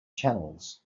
channels